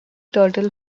turtle